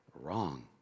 Wrong